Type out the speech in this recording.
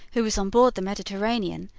who was on board the mediterranean,